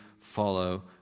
follow